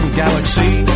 galaxy